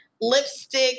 lipstick